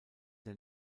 der